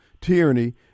Tyranny